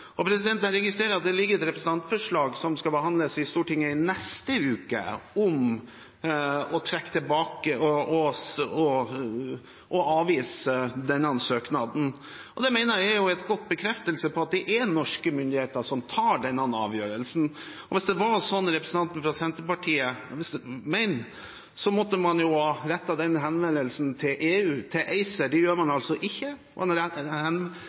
og det mener jeg er en god bekreftelse på at det er norske myndigheter som tar denne avgjørelsen. Hvis det var slik som representanten fra Senterpartiet mener, måtte man jo ha rettet den henvendelsen til ACER. Det gjør man altså ikke. Man henvender seg til dem som tar beslutningen, og det er